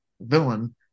villain